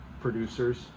producers